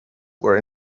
were